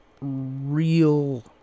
real